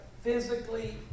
physically